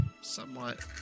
somewhat